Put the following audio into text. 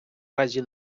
разі